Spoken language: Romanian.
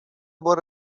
vor